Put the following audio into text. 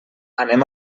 anem